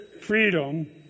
freedom